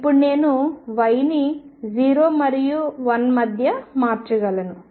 ఇప్పుడు నేను yని 0 మరియు 1 మధ్య మార్చగలను